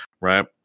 right